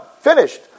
Finished